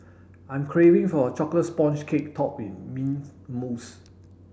I'm craving for a chocolate sponge cake topped mints mousse